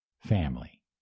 Family